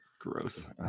gross